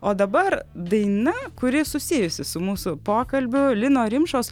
o dabar daina kuri susijusi su mūsų pokalbiu lino rimšos